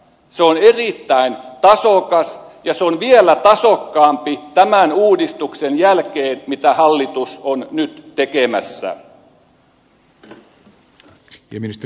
se on erittäin tasokas ja se on vielä tasokkaampi tämän uudistuksen jälkeen mitä hallitus on nyt tekemässä